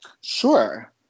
Sure